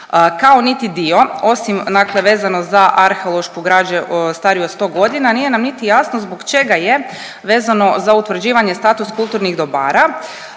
kao niti dio osim dakle vezano za arheološku građu stariju od 100 godina nije nam niti jasno zbog čega je vezano za utvrđivanje status kulturnih dobara